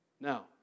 Now